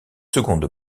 seconde